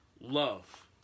love